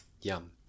yum